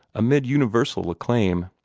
amid universal acclaim.